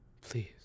please